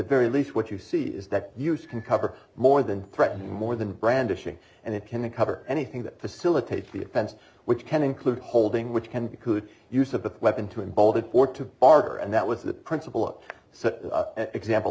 very least what you see is that you can cover more than threaten more than brandishing and it can cover anything that facilitates the offense which can include holding which can be good use of a weapon to embolden or to arc or and that was the principal example